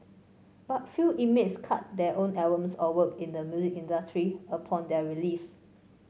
but few inmates cut their own albums or work in the music industry upon their release